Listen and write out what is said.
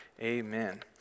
Amen